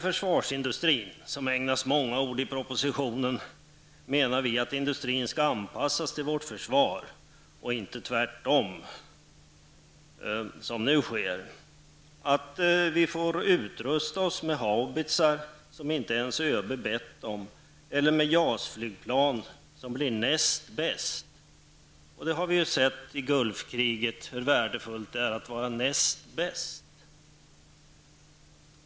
Försvarsindustrin ägnas många ord i propositionen. Vi menar att industrin skall anpassas till vårt försvar och inte tvärtom, som nu sker. Vi får utrusta oss med Haubitzar som inte ens ÖB bett om eller med JAS-flygplan som blir näst bäst. Vi har ju sett i Gulfkriget hur värdefullt det är att vara näst bäst.